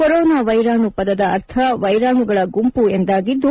corona ವೈರಾಣು ಪದದ ಅರ್ಥ ವೈರಾಣುಗಳ ಗುಂಪು ಎಂದಾಗಿದ್ದು